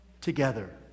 together